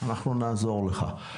אנחנו נעזור לך.